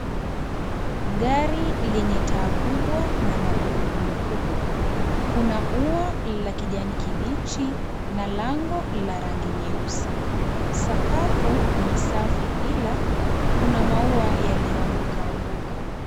Gari lenye taa kubwa na magurudumu kubwa. Kuna ua la kijani kibichi na lango la rangi nyeusi. Sakafu ni safi ila kuna maua yaliyoangukaanguka.